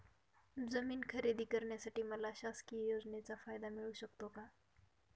जमीन खरेदी करण्यासाठी मला शासकीय योजनेचा फायदा मिळू शकतो का?